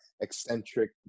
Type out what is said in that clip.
eccentric